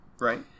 right